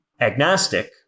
agnostic